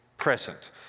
Present